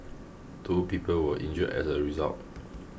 two people were injured as a result